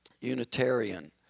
Unitarian